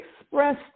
expressed